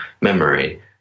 memory